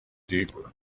deeper